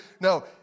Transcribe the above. No